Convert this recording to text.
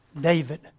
David